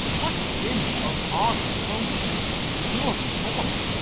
what wind of honor blows this fury forth?